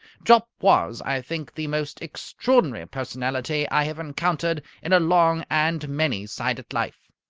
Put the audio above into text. jopp was, i think, the most extraordinary personality i have encountered in a long and many-sided life.